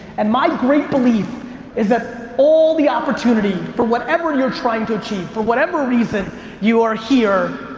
and my great belief is that all the opportunity for whatever you're trying to achieve for whatever reason you are here,